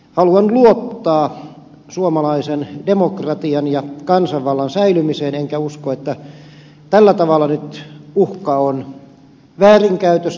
haluan luottaa suomalaisen demokratian ja kansanvallan säilymiseen enkä usko että tällä tavalla nyt uhka on väärinkäytöstä